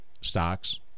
stocks